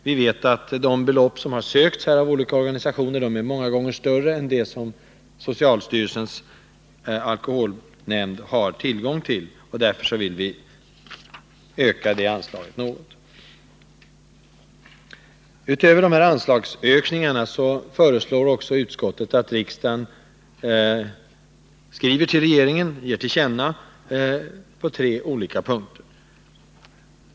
Vi vet att de belopp som olika organisationer har ansökt om, är många gånger större än dem som socialstyrelsens alkoholnämnd disponerar. Vi vill därför öka det här anslaget något. Utöver de föreslagna anslagshöjningarna föreslår utskottet att riksdagen gör tillkännagivanden på tre punkter.